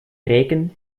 regen